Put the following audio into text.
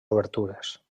obertures